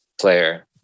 player